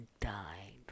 died